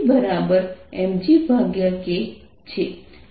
આ ડ્રેક ગુણાંક પણ 0 દ્વારા આપવામાં આવ્યું છે